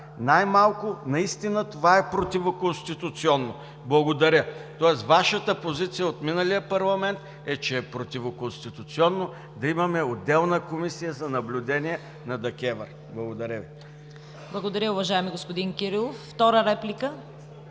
най-малко, наистина това е противоконституционно. Благодаря“. Тоест Вашата позиция от миналия парламент е, че е противоконституционно да имаме отделна комисия за наблюдение на КЕВР. Благодаря Ви. ПРЕДСЕДАТЕЛ ЦВЕТА КАРАЯНЧЕВА: Благодаря, уважаеми господин Кирилов. Втора реплика?